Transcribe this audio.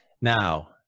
Now